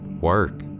work